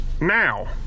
now